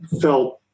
felt